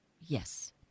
Yes